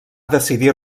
decidir